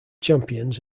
champions